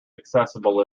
accessible